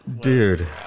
Dude